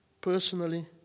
personally